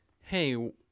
hey